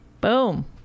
boom